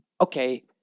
okay